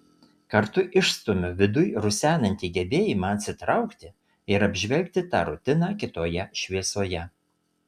kartu išstumiu viduj rusenantį gebėjimą atsitraukti ir apžvelgti tą rutiną kitoje šviesoje